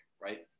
Right